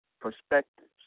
perspectives